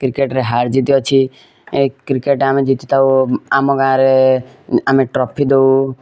କ୍ରିକେଟରେ ହାର୍ ଜିତ୍ ଅଛି କ୍ରିକେଟ ଆମେ ଜିତି ଥାଉ ଆମ ଗାଁରେ ଆମେ ଟ୍ରଫି ଦେଉ